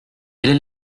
est